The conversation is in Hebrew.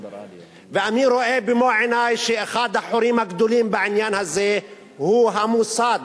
ואני רואה במו-עיני שאחד החורים הגדולים בעניין הזה הוא המוסד,